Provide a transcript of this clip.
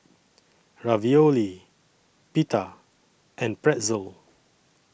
Ravioli Pita and Pretzel